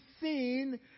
seen